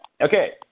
Okay